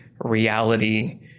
reality